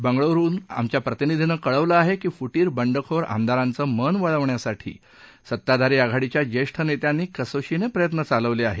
बंगळुरुहून आमच्या प्रतिनिधीनं कळवलं आहे की फुटीर बंडखोर आमदारांचं मन वळवण्यासाठी सत्ताधारी आघाडीच्या ज्येष्ठ नेत्यांनी कसोशीने प्रयत्न चालवले आहेत